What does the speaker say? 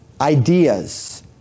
ideas